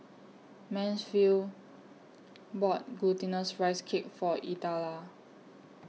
Mansfield bought Glutinous Rice Cake For Idella